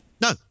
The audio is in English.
No